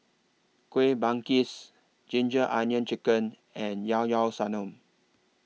Kueh Manggis Ginger Onions Chicken and Llao Llao Sanum